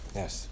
yes